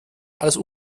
als